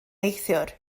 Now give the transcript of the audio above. neithiwr